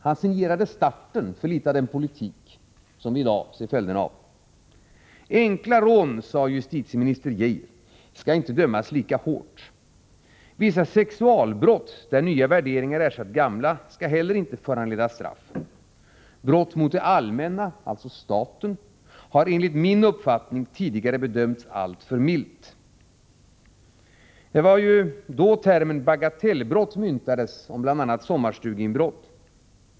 Han signerade starten för litet av den politik som vi i dag ser följderna av. Enkla rån, sade justitieminister Geijer, skall inte dömas lika hårt. Vissa sexualbrott, där nya värderingar ersatt gamla, skall heller inte föranleda straff. Brott mot det allmänna, alltså staten, har enligt min uppfattning — det ansåg alltså herr Geijer — bedömts alltför milt. Det var då termen bagatellbrott myntades, bl.a. när det gäller sommarstugeinbrott.